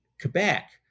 Quebec